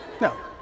No